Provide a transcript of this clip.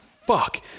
fuck